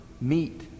meet